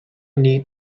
need